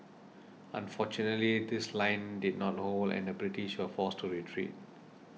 unfortunately this line did not hold and the British were forced to retreat